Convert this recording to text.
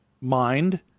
mind